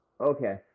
Okay